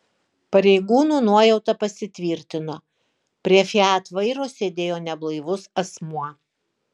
pareigūnų nuojauta pasitvirtino prie fiat vairo sėdėjo neblaivus asmuo